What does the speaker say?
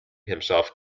himself